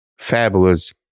Fabulous